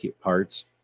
parts